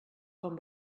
com